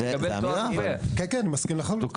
אני מסכים לחלוטין,